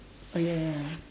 oh ya ya